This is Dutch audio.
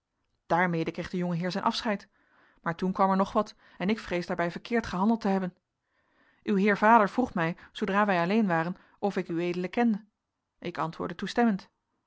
daarmede kreeg de jongeheer zijn afscheid maar toen kwam er nog wat en ik vrees daarbij verkeerd gehandeld te hebben uw heer vader vroeg mij zoodra wij alleen waren of ik ued kende ik antwoordde toestemmend